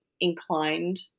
inclined